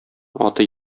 аты